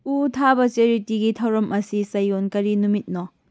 ꯎ ꯊꯥꯕ ꯆꯦꯔꯤꯇꯤꯒꯤ ꯊꯧꯔꯝ ꯑꯁꯤ ꯆꯌꯣꯜ ꯀꯔꯤ ꯅꯨꯃꯤꯠꯅꯣ